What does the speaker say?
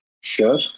Sure